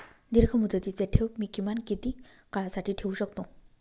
दीर्घमुदतीचे ठेव मी किमान किती काळासाठी ठेवू शकतो?